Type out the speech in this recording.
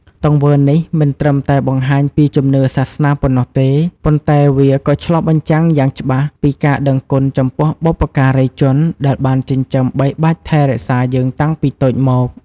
ទង្វើនេះមិនត្រឹមតែបង្ហាញពីជំនឿសាសនាប៉ុណ្ណោះទេ ប៉ុន្តែវាក៏ឆ្លុះបញ្ចាំងយ៉ាងច្បាស់ពីការដឹងគុណចំពោះបុព្វការីជនដែលបានចិញ្ចឹមបីបាច់ថែរក្សាយើងតាំងពីតូចមក។